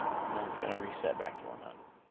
and then it's gonna reset back to one hundred.